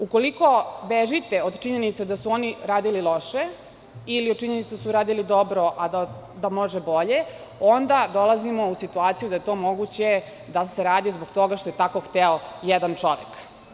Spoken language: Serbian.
Ukoliko bežite od činjenica da su oni radili loše ili od činjenica da su radili dobro, a da može bolje, onda dolazimo u situaciju da je to moguće da se radi zbog toga što je tako hteo jedan čovek.